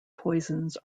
poisons